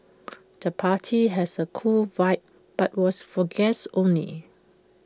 the party has A cool vibe but was for guests only